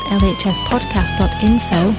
lhspodcast.info